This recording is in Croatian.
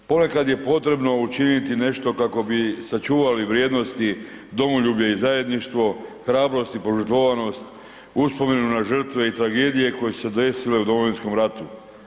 Ponekad je potrebno učiniti nešto kako bi sačuvali vrijednosti domoljublje i zajedništvo, hrabrost i požrtvovnost, uspomenu na žrtve i tragedije koje su se desile u Domovinskom ratu.